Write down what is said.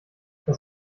was